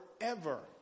forever